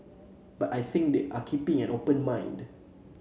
but I think that they are keeping an open mind